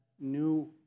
new